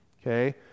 Okay